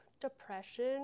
depression